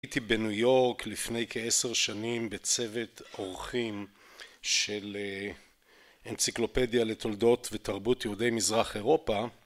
הייתי בניו יורק לפני כעשר שנים בצוות עורכים של אנציקלופדיה לתולדות ותרבות יהודי מזרח אירופה...